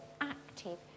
active